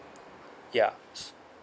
ya